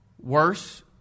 worse